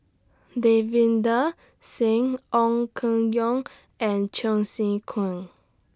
Davinder Singh Ong Keng Yong and Cheong Sen Keong